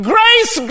Grace